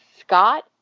Scott